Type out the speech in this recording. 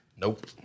Nope